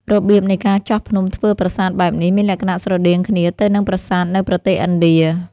របៀបនៃការចោះភ្នំធ្វើប្រាសាទបែបនេះ មានលក្ខណៈស្រដៀងគ្នាទៅនឹងប្រាសាទនៅប្រទេសឥណ្ឌា។